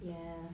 ya